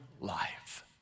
life